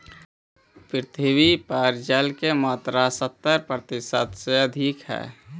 पृथ्वी पर जल के मात्रा सत्तर प्रतिशत से अधिक हई